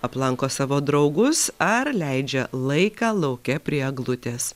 aplanko savo draugus ar leidžia laiką lauke prie eglutės